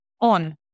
on